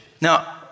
Now